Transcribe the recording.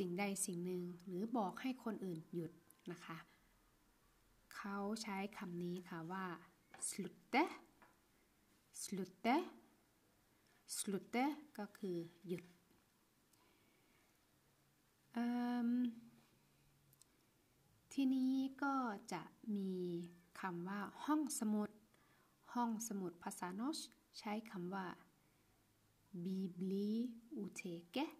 สิ่งใดสิ่งหนึ่งหรือบอกให้คนอื่นหยุดนะคะ เขาใช้คำนี้ค่ะว่า slutte slutte slutte ก็คือหยุด เอิ่ม ทีนี้ก็จะมีคำว่าห้องสมุด ห้องสมุดภาษาโนชใช้คำว่า biblioteke